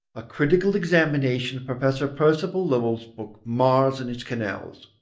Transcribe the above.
a critical examination of professor percival lowell's book mars and its canals,